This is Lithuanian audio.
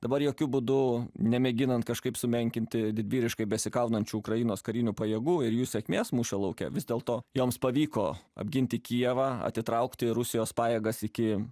dabar jokiu būdu nemėginant kažkaip sumenkinti didvyriškai besikaunančių ukrainos karinių pajėgų ir jų sėkmės mūšio lauke vis dėlto joms pavyko apginti kijevą atitraukti rusijos pajėgas iki